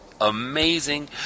amazing